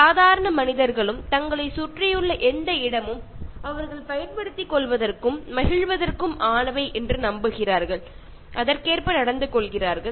சாதாரண மனிதர்களும் தங்களை சுற்றியுள்ள எந்த இடமும் அவர்கள் பயன்படுத்திக் கொள்வதற்கும் மகிழ்வதற்கும் ஆனவை என்று நம்புகிறார்கள் அதற்கேற்ப நடந்து கொள்கிறார்கள்